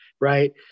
right